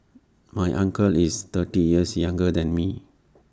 my uncle is thirty years younger than me